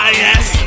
yes